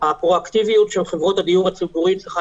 הפרואקטיביות של חברות הדיור הציבורית צריכה